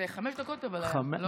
אבל היו לי חמש דקות, לא?